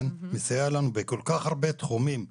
מסייע לנו בכל כך הרבה תחומים בחיים,